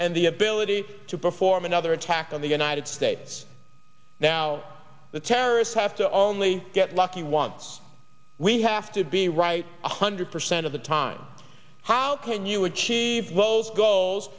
and the ability to perform another attack on the united states now the terrorists have to only get lucky once we have to be right one hundred percent of the time how can you achieve those goals